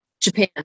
Japan